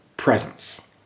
presence